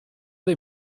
dei